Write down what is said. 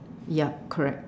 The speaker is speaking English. ya correct